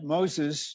Moses